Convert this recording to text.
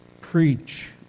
preach